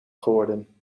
geworden